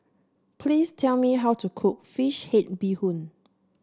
please tell me how to cook fish head Bee Hoon